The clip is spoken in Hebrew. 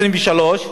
23,